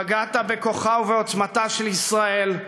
פגעת בכוחה ובעוצמתה של ישראל,